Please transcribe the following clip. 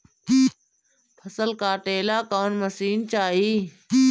फसल काटेला कौन मशीन चाही?